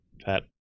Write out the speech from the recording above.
Pat